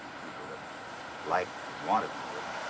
people that liked and wanted me would,